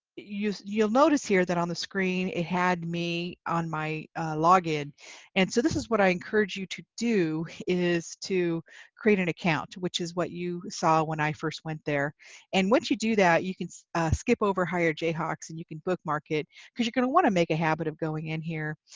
you'll notice here that on the screen, it had me on my log-in and so this is what i encourage you to do is to create an account which is what you saw when i first went there and once you do that, you can skip over hirejayhawks and you can bookmark it because you're going to want to make a habit of going in here.